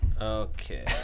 Okay